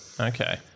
Okay